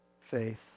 faith